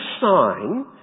sign